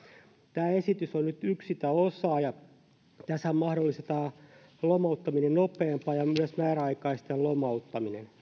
tämä esitys on nyt yksi osa sitä ja tässähän mahdollistetaan lomauttaminen nopeammin ja myös määräaikaisten lomauttaminen